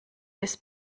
this